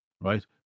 right